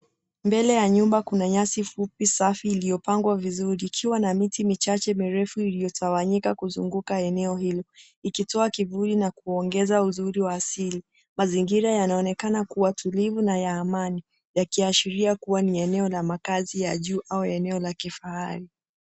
Mbele ya nyumba kuna nyasi fupi safi iliyopangwa vizuri ikiwa miti michache mirefu iliyotawanyika kuzunguka eneo hilo ikitoa kivuli na kuongeza uzuri wa asili. Mazingira yanaonekana kuwa tulivu na ya amani yakiashiria kuwa ni eneo la makazi ya juu au eneo la kifahari.